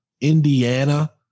Indiana